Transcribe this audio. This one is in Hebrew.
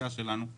הסיעה שלנו.